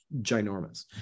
ginormous